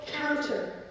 counter